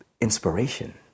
inspiration